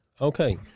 Okay